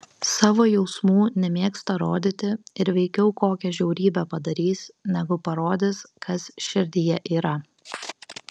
savo jausmų nemėgsta rodyti ir veikiau kokią žiaurybę padarys negu parodys kas širdyje yra